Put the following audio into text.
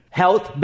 health